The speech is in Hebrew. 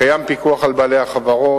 קיים פיקוח על בעלי החברות,